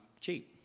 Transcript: cheap